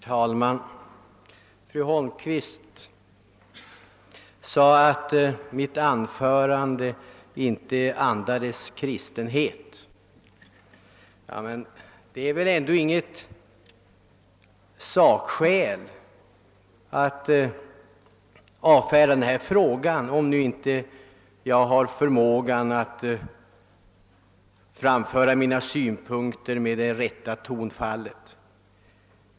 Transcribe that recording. Herr talman! Fru Holmqvist säger att mitt första anförande inte andades en kristlig inställning. Det är väl ingen sakdebatt att avfärda frågan med att påstå att jag inte framför mina synpunkter med det rätta tonfallet.